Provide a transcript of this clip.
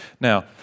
Now